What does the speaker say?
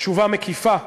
תשובה מקיפה,